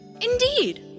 Indeed